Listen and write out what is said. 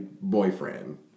boyfriend